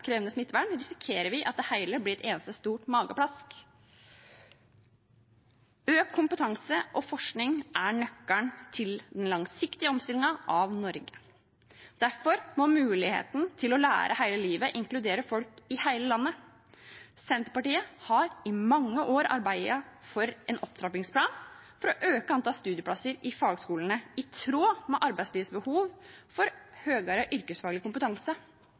eneste stort mageplask. Økt kompetanse og forskning er nøkkelen til den langsiktige omstillingen av Norge. Derfor må muligheten til å lære hele livet inkludere folk i hele landet. Senterpartiet har i mange år arbeidet for en opptrappingsplan for å øke antall studieplasser i fagskolene i tråd med arbeidslivets behov for høyere yrkesfaglig kompetanse.